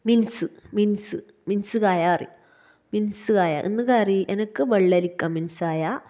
mince മിന്സ് മിന്സ് കായ കറി മിന്സ് കായ എന്ത് കറി എനിക്ക് വെള്ളരിക്ക മിൻസ് കായ